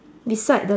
beside the